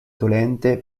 dolente